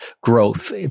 growth